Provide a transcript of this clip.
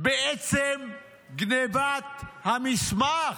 בעצם גנבת המסמך.